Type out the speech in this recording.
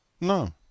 No